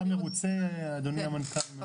אדוני המנכ"ל, אתה מרוצה?